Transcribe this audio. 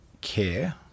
care